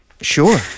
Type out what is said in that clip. Sure